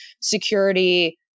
security